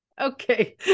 okay